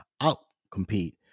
out-compete